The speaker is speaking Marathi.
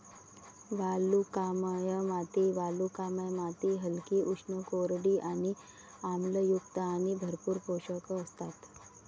वालुकामय माती वालुकामय माती हलकी, उष्ण, कोरडी आणि आम्लयुक्त आणि भरपूर पोषक असतात